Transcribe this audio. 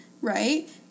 right